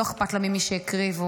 לא אכפת לה ממי שהקריבו,